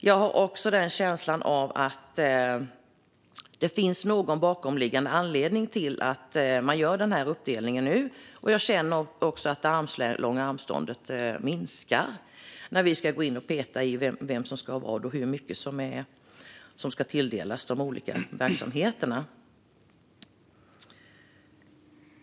Jag har också en känsla av att det finns någon bakomliggande anledning till att man gör den här uppdelningen nu. Dessutom känner jag att det armslånga avståndet minskar när vi ska gå in och peta i vem som ska göra vad och hur mycket som ska tilldelas de olika verksamheterna.